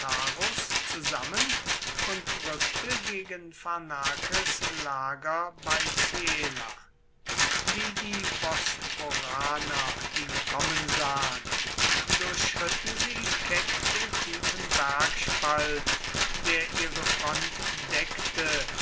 zusammen und rückte gegen pharnakes lager bei ziela wie die bosporaner ihn kommen sahen durchschritten sie keck den tiefen bergspalt der ihre front deckte